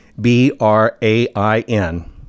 B-R-A-I-N